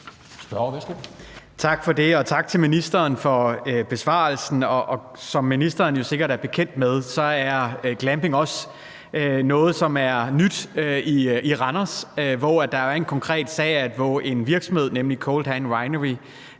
Tak for det, og tak til ministeren for besvarelsen. Som ministeren sikkert er bekendt med, er glamping også noget, der er nyt i Randers, hvor der er en konkret sag med en virksomhed, nemlig Cold Hand Winery,